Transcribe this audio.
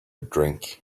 drink